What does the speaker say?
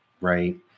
right